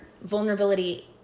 vulnerability